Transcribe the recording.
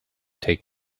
take